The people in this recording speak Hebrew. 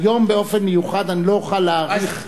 היום באופן מיוחד אני לא אוכל להאריך,